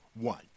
one